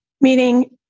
meaning